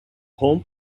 home